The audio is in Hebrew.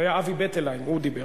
זה היה אבי בטלהיים, הוא דיבר.